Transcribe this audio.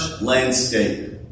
landscape